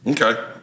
Okay